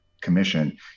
commission